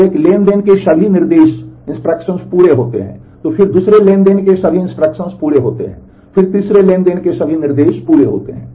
तो एक ट्रांज़ैक्शन के सभी निर्देश पूरे होते हैं फिर दूसरे ट्रांज़ैक्शन के सभी निर्देश पूरे होते हैं फिर तीसरे ट्रांज़ैक्शन के सभी निर्देश पूरे होते हैं